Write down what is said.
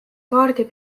kaardi